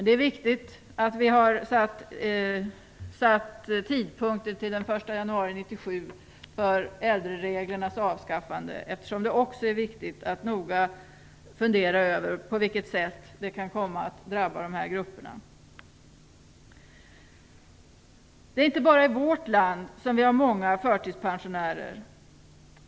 Det är viktigt att vi har satt tidpunkten för avskaffandet av äldrereglerna till den 1 januari 1997, eftersom det också är viktigt att noga fundera över på vilket sätt det kan komma att drabba dessa grupper. Det är inte bara i vårt land som vi har många förtidspensionärer.